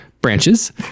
Branches